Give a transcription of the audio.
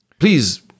Please